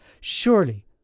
Surely